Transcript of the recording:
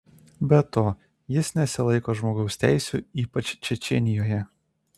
be to jis nesilaiko žmogaus teisių ypač čečėnijoje